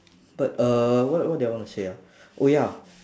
but uh what what did I want to say ah oh ya